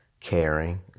caring